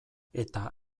eta